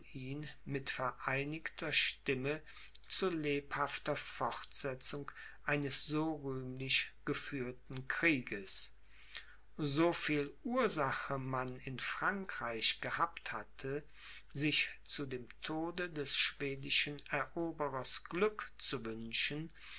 mit vereinigter stimme zu lebhafter fortsetzung eines so rühmlich geführten krieges so viel ursache man in frankreich gehabt hatte sich zu dem tode des schwedischen eroberers glück zu wünschen